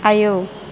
आयौ